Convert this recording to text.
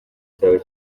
cyawe